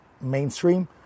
mainstream